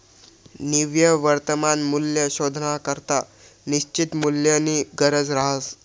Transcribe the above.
निव्वय वर्तमान मूल्य शोधानाकरता निश्चित मूल्यनी गरज रहास